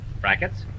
brackets